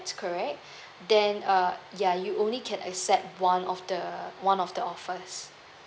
correct then uh ya you only can accept one of the one of the offers